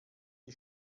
die